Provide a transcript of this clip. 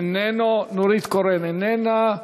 אינו נוכח, נורית קורן, אינה נוכחת,